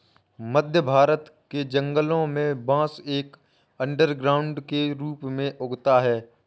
मध्य भारत के जंगलों में बांस एक अंडरग्राउंड के रूप में उगता है